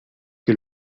che